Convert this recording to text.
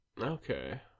Okay